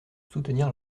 soutenir